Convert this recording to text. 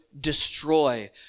destroy